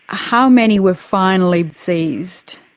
how many were finally seized?